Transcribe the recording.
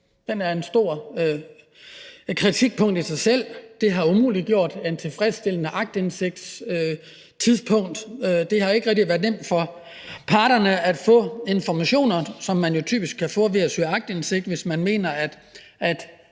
grund til stor kritik, fordi det har umuliggjort en tilfredsstillende aktindsigt. Det har ikke været nemt for parterne at få de informationer, som man jo typisk vil få ved at søge om aktindsigt, hvis man mener, at